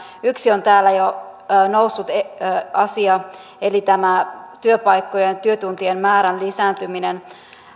yksi on täällä jo noussut asia eli tämä työpaikkojen ja työtuntien määrän lisääntyminen